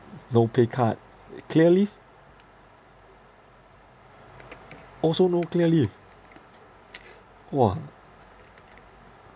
no pay cut eh clear leave also no clear leave !wah!